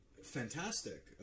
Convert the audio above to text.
fantastic